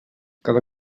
cada